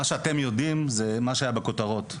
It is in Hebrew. מה שאתם יודעים זה מה שהיה בכותרות.